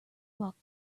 bought